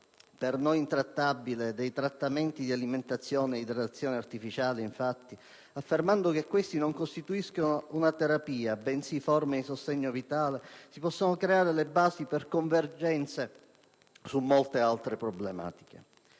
per noi intrattabile, dei trattamenti di alimentazione e idratazione artificiali, infatti, affermando che questi non costituiscono una terapia bensì forme di sostegno vitale, si possono creare le basi per convergenze su molte altre problematiche.